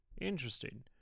Interesting